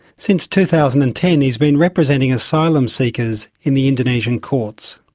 since two thousand and ten he's been representing asylum seekers in the indonesian courts.